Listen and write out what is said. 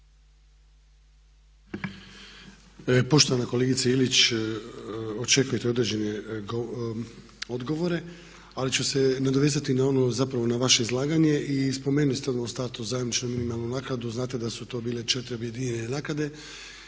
Poštovana kolegice Ilić očekujete određene odgovore ali ću se nadovezati zapravo na vaše izlaganje. Spomenuli ste odmah u startu zajamčenu minimalnu naknadu, znate da su to bile 4 objedinjene naknade